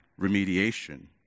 remediation